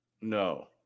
No